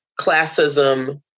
classism